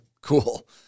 cool